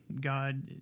God